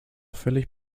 völlig